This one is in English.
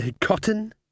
cotton